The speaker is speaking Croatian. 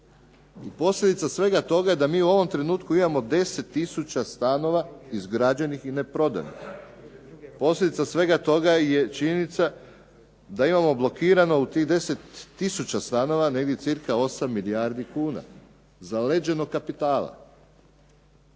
I posljedica svega toga je da mi u ovom trenutku imamo 10 tisuća stanova izgrađenih i neprodanih. Posljedica svega toga je činjenica da imamo blokirano u tih 10 tisuća stanova negdje cirka 8 milijardi kuna zaleđenog kapitala.